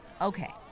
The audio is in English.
Okay